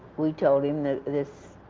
we told him that this